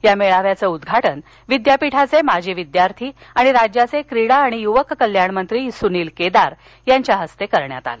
या मेळाव्याचे उद्घाटन विद्यापीठाचे माजी विद्यार्थी आणि राज्याचे क्रीडा आणि युवक कल्याण मंत्री सुनील केदार यांच्या हस्ते करण्यात आले